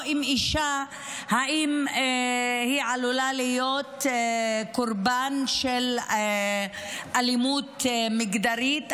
או אם אישה עלולה להיות קורבן של אלימות מגדרית,